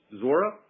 Zora